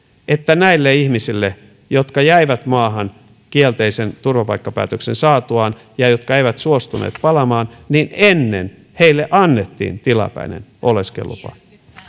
että näille ihmisille jotka jäivät maahan kielteisen turvapaikkapäätöksen saatuaan ja jotka eivät suostuneet palaamaan ennen annettiin tilapäinen oleskelulupa